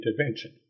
intervention